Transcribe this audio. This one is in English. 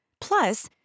Plus